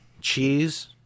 cheese